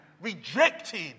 rejected